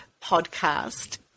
podcast